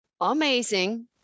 amazing